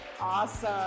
Awesome